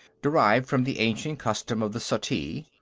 derived from the ancient custom of the suttee.